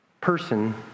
person